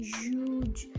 huge